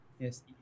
Yes